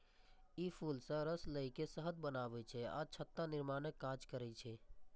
ई फूल सं रस लए के शहद बनबै छै आ छत्ता निर्माणक काज करै छै